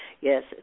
yes